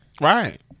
right